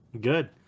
Good